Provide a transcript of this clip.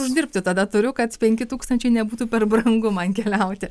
uždirbti tada turiu kad penki tūkstančiai nebūtų per brangu man keliauti